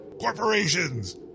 Corporations